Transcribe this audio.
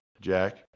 Jack